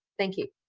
thank you.